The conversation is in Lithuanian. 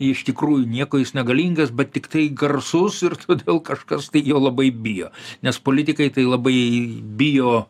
iš tikrųjų nieko jis negalingas bet tiktai garsus ir todėl kažkas jo labai bijo nes politikai tai labai bijo